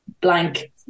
blank